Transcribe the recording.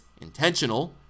intentional